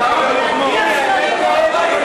האמת כואבת.